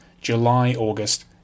July-August